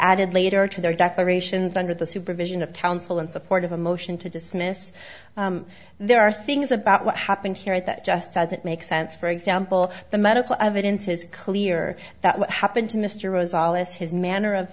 added later to their declarations under the supervision of counsel in support of a motion to dismiss there are things about what happened here at that just doesn't make sense for example the medical evidence is clear that what happened to mr rose all as his manner of